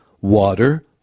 water